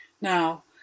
Now